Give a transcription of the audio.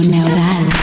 Neural